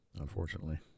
unfortunately